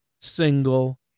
single